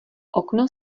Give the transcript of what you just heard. okno